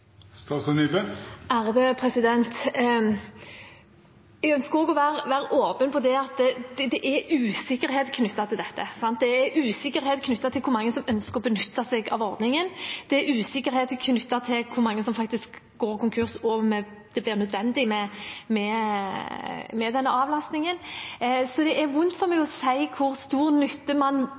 Jeg ønsker også å være åpen på det at det er usikkerhet knyttet til dette. Det er usikkerhet knyttet til hvor mange som ønsker å benytte seg av ordningen, og det er usikkerhet knyttet til hvor mange som faktisk går konkurs, og om det blir nødvendig med denne avlastningen. Så det er vondt for meg å si hvor stor nytte man